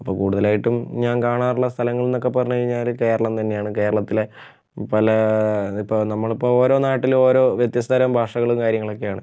ഇപ്പോൾ കൂടുതലായിട്ടും ഞാൻ കാണാറുള്ള സ്ഥലങ്ങൾ എന്നൊക്കെ പറഞ്ഞ് കഴിഞ്ഞാൽ കേരളം തന്നെയാണ് കേരളത്തിലെ പല ഇപ്പോൾ നമ്മൾ ഇപ്പോൾ ഓരോന്നായിട്ട് ഓരോ വ്യത്യസ്ത തരം ഭാഷയും കാര്യങ്ങളൊക്കെ ആണ്